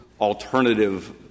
alternative